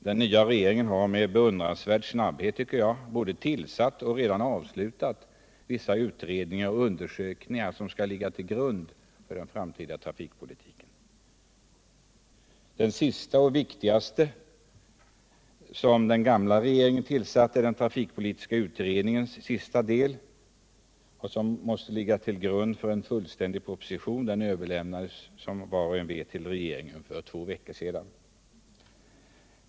Den nya regeringen har med beundransvärd snabbhet, tycker jag, både tillsatt och redan avslutat vissa utredningar och undersökningar som skall ligga till grund för den framtida trafikpolitiken. Den sista och viktigaste av de utredningar som den gamla regeringen tillsatte — trafikpolitiska utredningens sista del, som måste utgöra grunden för en fullständig proposition — överlämnades som var och en vet till regeringen för två veckor sedan.